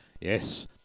Yes